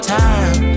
time